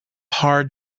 hard